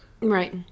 Right